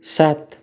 सात